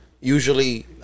usually